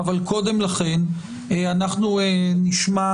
אבל קודם לכן אנחנו נשמע